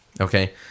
Okay